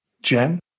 Jen